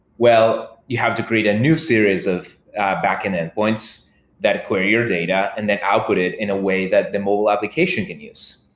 well, you have to create a new series series of backend endpoints that query your data and then output it in a way that the mobile application can use.